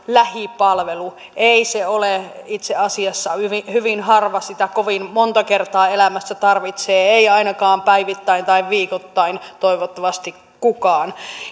lähipalvelu ei se ole itse asiassa hyvin hyvin harva sitä kovin monta kertaa elämässä tarvitsee ei ainakaan päivittäin tai viikoittain toivottavasti kukaan